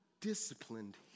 disciplined